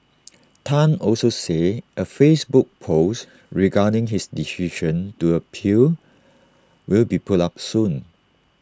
Tan also said A Facebook post regarding his decision to appeal will be put up soon